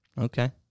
Okay